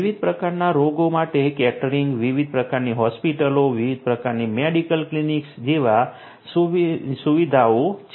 વિવિધ પ્રકારના રોગો માટે કેટરિંગ વિવિધ પ્રકારની હોસ્પિટલો વિવિધ પ્રકારની મેડિકલ ક્લિનિક્સ જેમાં વિવિધ સુવિધાઓ છે